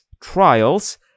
trials